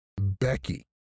Becky